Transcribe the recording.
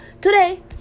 today